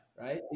Right